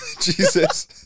Jesus